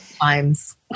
Times